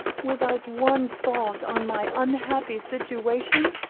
without one thought on my unhappy situation!